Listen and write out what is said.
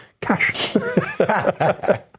cash